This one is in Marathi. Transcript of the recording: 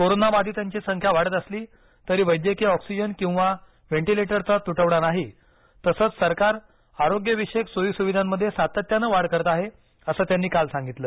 कोरोनाबाधितांची संख्या वाढत असली तरी वैद्यकीय ऑक्सिजन किंवा व्हेंटिलेटरचा तुटवडा नाही तसंच सरकार आरोग्यविषयक सोयी सुविधांमधे सातत्यानं वाढ करत आहे असं त्यांनी काल सांगितलं